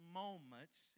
moments